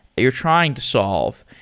you're trying to solve.